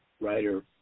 writer